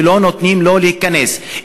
ולא נותנים לו להיכנס.